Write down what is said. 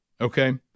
Okay